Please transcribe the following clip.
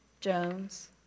Jones